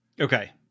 Okay